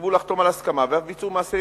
סירבו לחתום על הסכמה ואף ביצעו מעשי